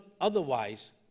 otherwise